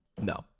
No